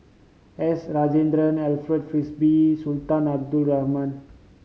S Rajendran Alfred Frisby Sultan Abdul Rahman